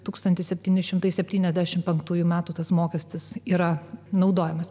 tūkstantis septyni šimtai septyniasdešimt penktųjų metų tas mokestis yra naudojamas